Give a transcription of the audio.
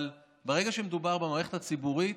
אבל ברגע שמדובר במערכת הציבורית,